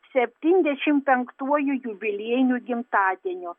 septyndešim penktuoju jubiliejiniu gimtadieniu